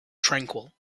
tranquil